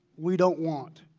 we don't want,